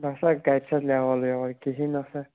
نسا کَتہِ سا لیوٕل ویوٕل کہیٖنۍ نسا